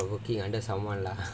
instead of working under someone lah